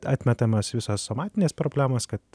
atmetamos visos somatinės problemos kad